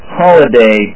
holiday